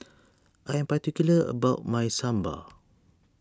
I am particular about my Sambar